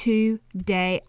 Today